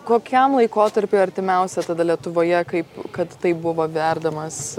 kokiam laikotarpiui artimiausia tada lietuvoje kaip kad tai buvo verdamas